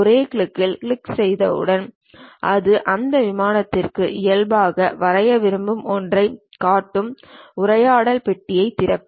ஒரே கிளிக்கில் கிளிக் செய்தவுடன் அது அந்த விமானத்திற்கு இயல்பாக வரைய விரும்பும் ஒன்றைக் காட்டும் உரையாடல் பெட்டியைத் திறக்கும்